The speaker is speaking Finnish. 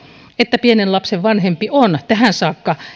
että pienen lapsen vanhempi on tähän saakka